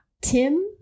Tim